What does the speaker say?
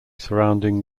surrounding